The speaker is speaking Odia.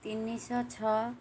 ତିନିଶହ ଛଅ